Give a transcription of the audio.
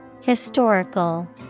Historical